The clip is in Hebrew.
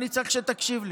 אני צריך שתקשיב לי.